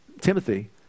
Timothy